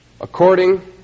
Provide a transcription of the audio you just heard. according